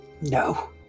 No